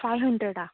five ಹಂಡ್ರೆಡಾ